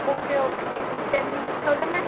okay okay tell me சொல்லுங்கள்